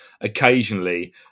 occasionally